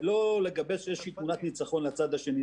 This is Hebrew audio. ולא לגבש איזושהי תמונת ניצחון לצד השני,